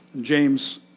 James